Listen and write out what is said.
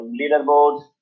leaderboards